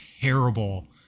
terrible